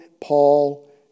Paul